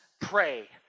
pray